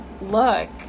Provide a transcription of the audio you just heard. look